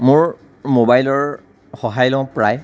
মোৰ মোবাইলৰ সহায় লওঁ প্ৰায়